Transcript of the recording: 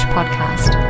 Podcast